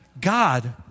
God